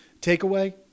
Takeaway